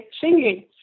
singing